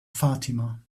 fatima